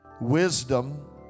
wisdom